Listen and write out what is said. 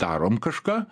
darom kažką